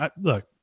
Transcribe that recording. look